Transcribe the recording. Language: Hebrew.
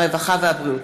הרווחה והבריאות.